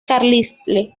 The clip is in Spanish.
carlisle